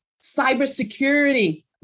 cybersecurity